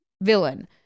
villain